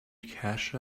cash